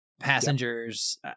passengers